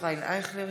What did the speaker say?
ישראל אייכלר,